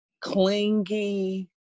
clingy